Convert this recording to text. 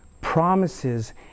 promises